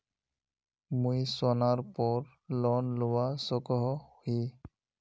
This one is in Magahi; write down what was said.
मुई सोनार पोर लोन लुबा सकोहो ही?